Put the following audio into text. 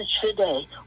today